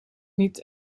niet